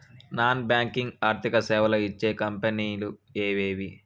Non banking ఆర్థిక సేవలు ఇచ్చే కంపెని లు ఎవేవి?